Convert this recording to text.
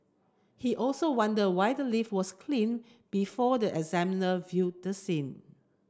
he also wondered why the lift was cleaned before the examiner viewed the scene